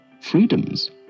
freedoms